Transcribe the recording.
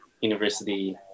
university